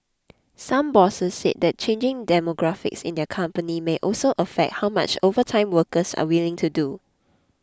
some bosses said that changing demographics in their company may also affect how much overtime workers are willing to do